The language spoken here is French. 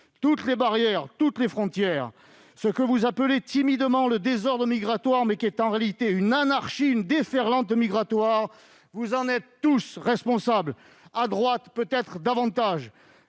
toutes les barrières, toutes les frontières. Ce que vous appelez timidement le « désordre migratoire », qui est, en réalité, une anarchie, une déferlante migratoire, vous en êtes tous responsables, à droite peut-être davantage,